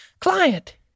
Client